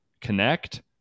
connect